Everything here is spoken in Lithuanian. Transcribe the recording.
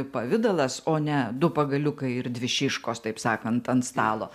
pavidalas o ne du pagaliukai ir dvi šiškos taip sakant ant stalo